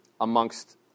amongst